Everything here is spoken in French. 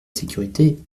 sécurité